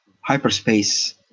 hyperspace